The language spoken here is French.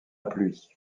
pluie